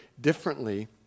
differently